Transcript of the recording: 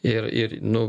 ir ir nu